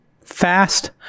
Fast